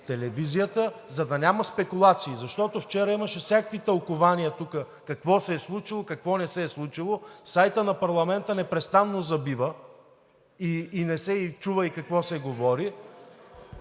телевизията! За да няма спекулации! Защото вчера имаше всякакви тълкувания тук – какво се е случило, какво не се е случило. Сайтът на парламента постоянно забива, не се и чува какво се говори.